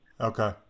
okay